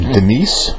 Denise